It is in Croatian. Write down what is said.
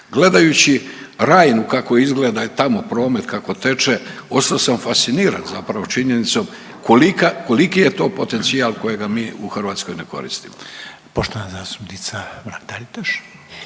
Gledajući Rajnu kako izgleda i tamo promet kako teče, ostao sam fasciniran zapravo činjenicom koliki je to potencijal kojega mi u Hrvatskoj ne koristimo.